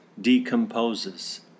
decomposes